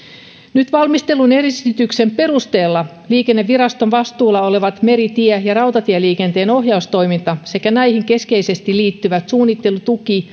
nyt valmistellun esityksen perusteella liikenneviraston vastuulla olevat meri tie ja rautatieliikenteen ohjaustoiminta sekä näihin keskeisesti liittyvät suunnittelu tuki